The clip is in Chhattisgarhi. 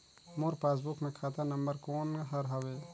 मोर पासबुक मे खाता नम्बर कोन हर हवे?